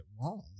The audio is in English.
wrong